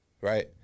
right